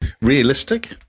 Realistic